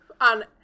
on